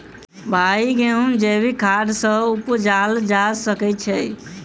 भाई गेंहूँ जैविक खाद सँ उपजाल जा सकै छैय?